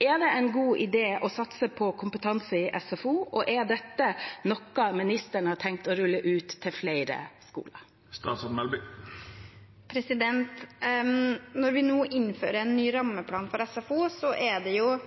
Er det en god idé å satse på kompetanse i SFO, og er dette noe ministeren har tenkt å rulle ut til flere? Når vi nå innfører en ny rammeplan for SFO, er det